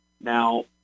Now